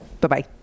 bye-bye